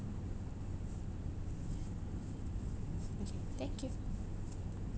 thank you